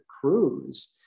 cruise